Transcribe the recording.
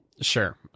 Sure